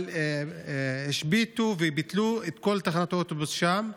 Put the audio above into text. אבל השביתו וביטלו את כל תחנות האוטובוס שם.